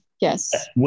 yes